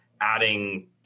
adding